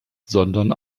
sondern